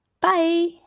bye